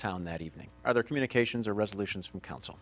town that evening or other communications or resolutions from coun